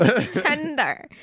tender